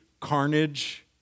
carnage